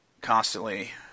constantly